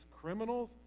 criminals